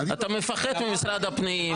אתה מפחד ממשרד הפנים,